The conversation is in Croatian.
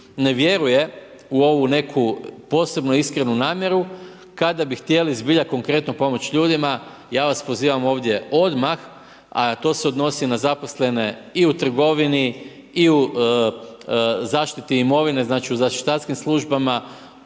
ne vjeruje u ovu neku posebnu, iskrenu namjeru kada bi htjeli zbilja konkretno pomoći ljudima, ja vas pozivam ovdje odmah a to se odnosi na zaposlene i u trgovini i u zaštiti imovine, znači u zaštitarskim službama,